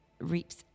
reaps